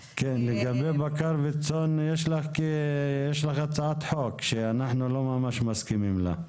לגבי בקר וצאן יש לך כי י שלך הצעת חוק שאנחנו לא ממש מסכימים לה.